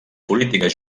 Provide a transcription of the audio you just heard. polítiques